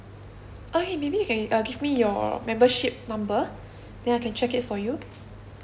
okay maybe you can uh give me your of membership number then I can check it for you